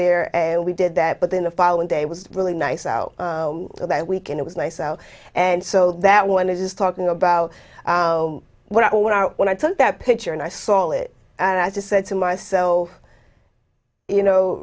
there and we did that but then the following day it was really nice out that week and it was nice out and so that one is just talking about what happened when i when i took that picture and i saw it and i just said to myself you know